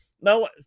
No